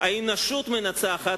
האנושות מנצחת,